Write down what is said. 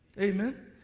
Amen